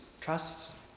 trusts